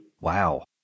Wow